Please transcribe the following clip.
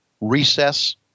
recess